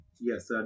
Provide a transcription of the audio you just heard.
Yes